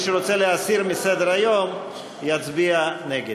מי שרוצה להסיר מסדר-היום, יצביע נגד.